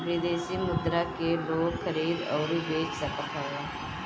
विदेशी मुद्रा के लोग खरीद अउरी बेच सकत हवे